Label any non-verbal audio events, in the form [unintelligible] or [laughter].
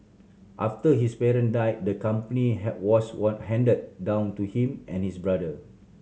after his parent died the company [unintelligible] was one handed down to him and his brother